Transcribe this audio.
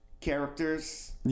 characters